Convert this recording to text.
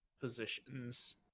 positions